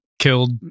killed